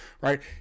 right